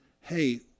hey